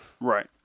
Right